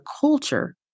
culture